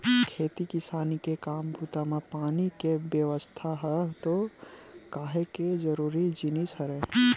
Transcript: खेती किसानी के काम बूता म पानी के बेवस्था ह तो काहेक जरुरी जिनिस हरय